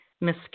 Miss